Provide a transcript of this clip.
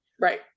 Right